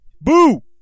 Boo